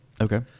Okay